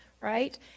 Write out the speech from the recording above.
right